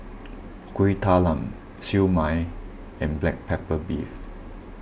Kueh Talam Siew Mai and Black Pepper Beef